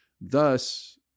Thus